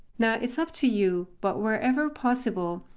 now, it's up to you, but wherever possible,